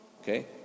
Okay